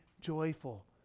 joyful